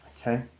Okay